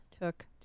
took